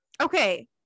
okay